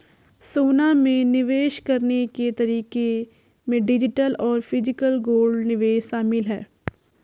सोना में निवेश करने के तरीके में डिजिटल और फिजिकल गोल्ड निवेश शामिल है